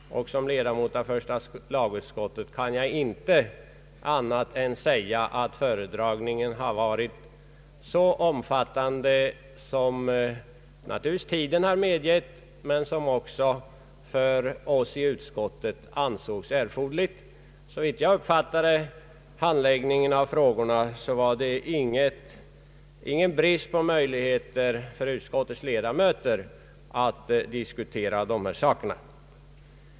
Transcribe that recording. Som ledamot av första lagutskottet kan jag inte säga annat än att föredragningen har varit så omfattande som tiden medgav, men också så utförlig som av oss ansågs erforderligt. Såvitt jag uppfattat saken hade utskottets ledamöter tillräckliga möjligheter att diskutera frågorna.